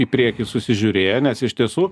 į priekį susižiūrėję nes iš tiesų